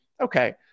Okay